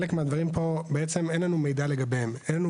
לגבי חלק מהדברים פה אין לנו מידע אין לנו